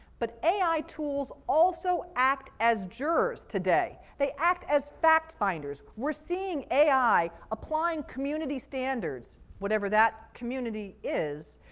but ai tools also act as jurors today. they act as fact-finders. we're seeing ai applying community standards, whatever that community is,